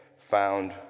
found